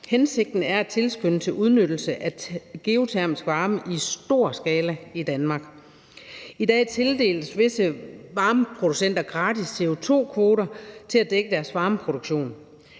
Hensigten er at tilskynde til udnyttelse af geotermisk varme i stor skala i Danmark. I dag tildeles visse varmeproducenter gratis CO2-kvoter til at dække deres varmeproduktion.